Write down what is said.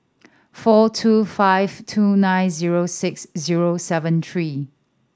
four two five two nine zero six zero seven three